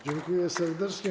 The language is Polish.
Dziękuję serdecznie.